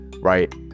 Right